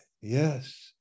yes